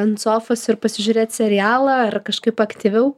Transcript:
ant sofos ir pasižiūrėt serialą ar kažkaip aktyviau